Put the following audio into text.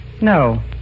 No